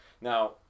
Now